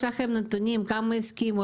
יש לכם נתונים כמה הסכימו,